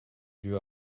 dieu